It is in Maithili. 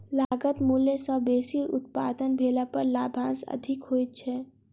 लागत मूल्य सॅ बेसी उत्पादन भेला पर लाभांश अधिक होइत छै